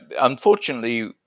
Unfortunately